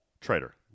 Trader